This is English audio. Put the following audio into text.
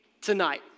tonight